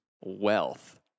wealth